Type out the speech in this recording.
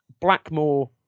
Blackmore